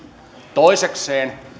toisekseen